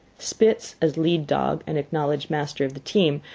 spitz, as lead-dog and acknowledged master of the team,